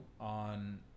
on